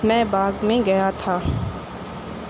میں باغ میں گیا تھا